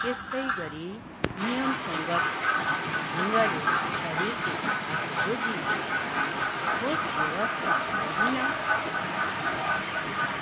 त्यस्तै गरि नियमसङ्गत ढङ्गले शरीरको गुहा खोजी गर्दा खोज व्यवस्ता गरिन सम्भव छ